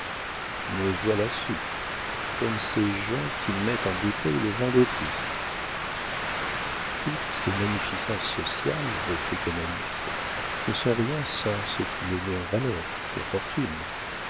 me voilà soûl comme ces gens qui mettent en bouteilles le vin d'autrui toutes ces magnificences sociales reprit canalis ne sont rien sans ce qui les met en valeur la fortune